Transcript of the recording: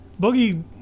Boogie